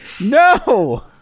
no